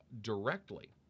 directly